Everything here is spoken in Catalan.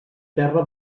terra